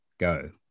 go